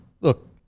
look